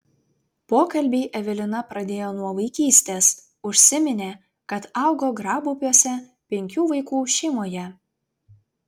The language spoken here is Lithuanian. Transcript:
pokalbį evelina pradėjo nuo vaikystės užsiminė kad augo grabupiuose penkių vaikų šeimoje